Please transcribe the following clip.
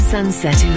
Sunset